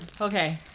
Okay